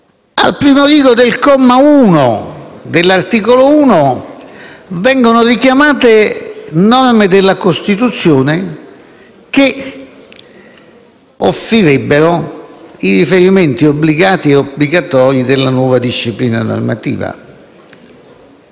Al primo rigo del comma 1 dell'articolo 1 vengono richiamate norme della Costituzione che offrirebbero i riferimenti obbligati e obbligatori della nuova disciplina normativa;